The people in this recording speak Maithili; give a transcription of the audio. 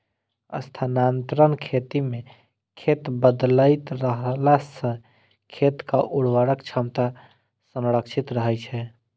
स्थानांतरण खेती मे खेत बदलैत रहला सं खेतक उर्वरक क्षमता संरक्षित रहै छै